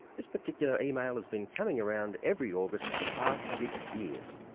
this particular email has been coming around every august for the past six years.